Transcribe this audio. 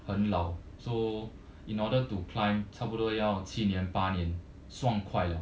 很老 so in order to climb 差不多要七年八年爽快了